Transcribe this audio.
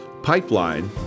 pipeline